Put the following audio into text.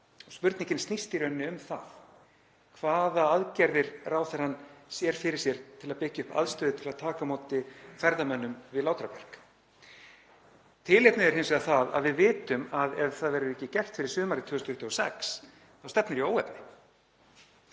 og spurningin snýst í rauninni um það hvaða aðgerðir ráðherrann sér fyrir sér til að byggja upp aðstöðu til að taka á móti ferðamönnum við Látrabjarg. Tilefnið er hins vegar það að við vitum að ef það verður ekki gert fyrir sumarið 2026 þá stefnir í óefni.